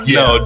no